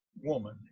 woman